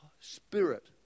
spirit